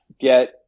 get